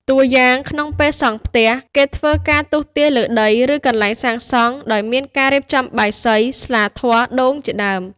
តួយ៉ាង ក្នុងពេលសង់ផ្ទះ គេធ្វើការទស្សន៍ទាយលើដី ឬកន្លែងសាងសង់ ដោយមានការរៀបចំបាយសី ស្លាធម៌ដូងជាដើម។